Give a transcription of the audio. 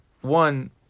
one